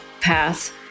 path